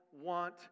want